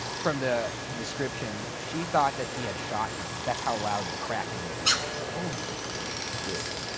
from the description, she thought that he had shot him. that's how loud the cracking noise was. oh. which is not good.